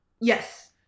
Yes